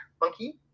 monkey